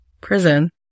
prison